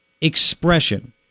expression